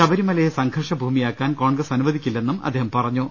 ശബരിമലയെ സംഘർഷഭൂമിയാക്കാൻ കോൺഗ്രസ് അനുവദിക്കില്ലെന്നും അദ്ദേഹം പറഞ്ഞു